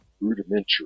rudimentary